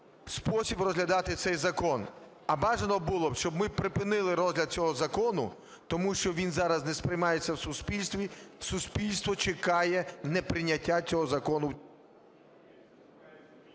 спосіб розглядати цей закон, а бажано було б, щоб ми припинили розгляд цього закону, тому що він зараз не сприймається в суспільстві. Суспільство чекає неприйняття цього закону...